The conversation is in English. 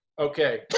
Okay